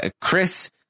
Chris